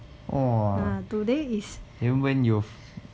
ah today is